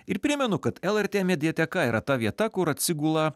ir primenu kad lrt mediateka yra ta vieta kur atsigula